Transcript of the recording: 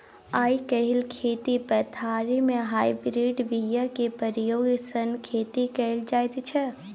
आइ काल्हि खेती पथारी मे हाइब्रिड बीया केर प्रयोग सँ खेती कएल जाइत छै